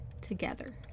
together